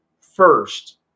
first